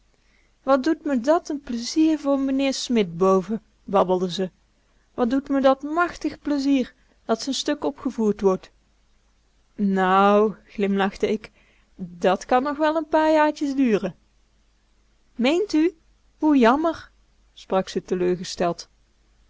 wat doet me dat n pleizier voor meneer smit boven babbelde ze wat doet me dat machtig pleizier dat z'n stuk opgevoerd wordt nou glimlachte ik dat kan nog wel n paar jaartjes duren meent u hoe jammer sprak ze teleurgesteld